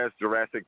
Jurassic